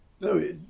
no